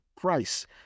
price